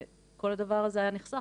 כל הדבר הזה היה נחסך,